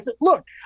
look